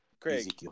Craig